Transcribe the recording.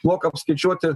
moka apskaičiuoti